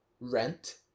rent